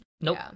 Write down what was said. nope